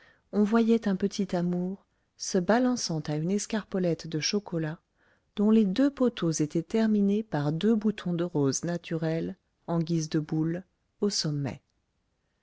on voyait un petit amour se balançant à une escarpolette de chocolat dont les deux poteaux étaient terminés par deux boutons de rose naturels en guise de boules au sommet